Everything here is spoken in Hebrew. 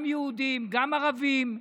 גם יהודים, גם ערבים,